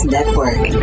Network